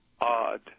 odd